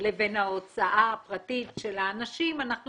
לבין ההוצאה הפרטית של הנשים אנחנו